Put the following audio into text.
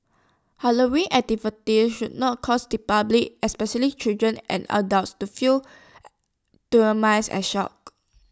Halloween activities should not cause the public especially children and adults to feel and shocked